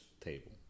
table